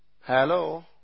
Hello